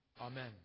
Amen